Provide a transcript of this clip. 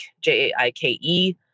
J-A-I-K-E